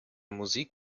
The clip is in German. musik